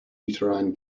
uterine